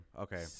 Okay